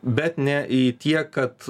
bet ne į tiek kad